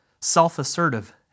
self-assertive